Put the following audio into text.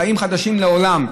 חיים חדשים לעולם,